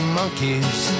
monkeys